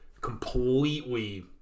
completely